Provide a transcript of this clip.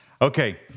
Okay